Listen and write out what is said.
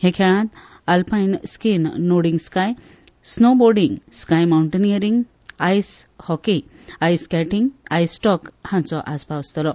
ह्या खेळांत alpine skiing nordic ski snowboarding ski mountaineering ice hockey ice skating ice stock हांचो आस्पाव आसतलो